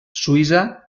suïssa